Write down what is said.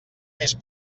més